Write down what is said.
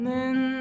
Men